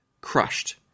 crushed